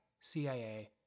CIA